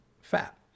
fat